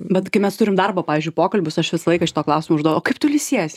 bet kai mes turim darbo pavyzdžiui pokalbius aš visą laiką šito klausimo užduodu o kaip tu ilsiesi